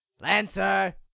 Lancer